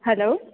હાલો